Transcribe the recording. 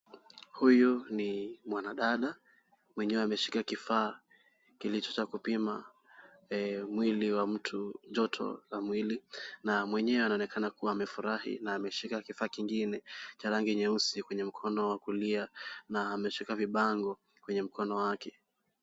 Huyu ni mwanadada, mwenyewe ameshika kifaa kilicho cha kupima, mwili wa mtu joto la mwili. Na mwenyewe anaonekana kuwa amefurahi na ameshika kifaa kingine cha rangi nyeusi kwenye mkono wa kulia na ameshika vibango kwenye mkono wake.